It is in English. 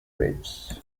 waves